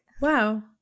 Wow